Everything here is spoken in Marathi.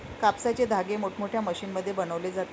कापसाचे धागे मोठमोठ्या मशीनमध्ये बनवले जातात